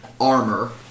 armor